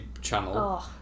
channel